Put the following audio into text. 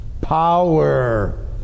Power